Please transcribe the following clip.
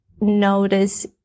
notice